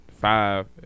five